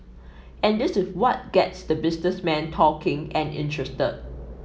and this is what gets the businessmen talking and interested